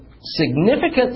significant